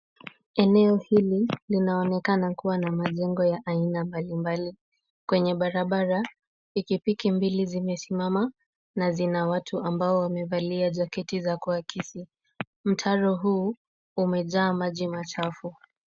Eneo hili linaonekana kuwa na majengo ya aina mbalimbali. Kwenye barabara, pikipiki mbili zimesimama na zina watu ambao wamevalia jaketi za kuakisi. Mtaro huu umejaa maji machafu.